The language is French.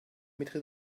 mettrez